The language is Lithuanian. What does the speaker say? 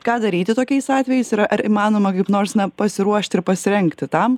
ką daryti tokiais atvejais yra ar įmanoma kaip nors pasiruošti ir pasirengti tam